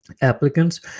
Applicants